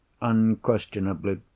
unquestionably